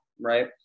right